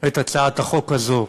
את הצעת החוק הזו,